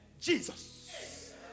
Jesus